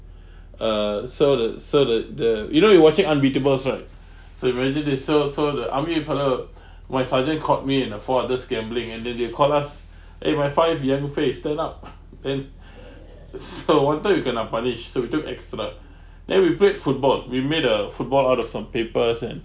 uh so the so the the you know you watching unbeatables right so imagine this so so the army fellow my sergeant caught me in the floor just gambling and then they caught us eh my five younger face turn up and so one time we kena punished so we took extra then we played football we made a football out of some papers and